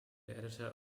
editor